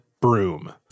broom